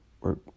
work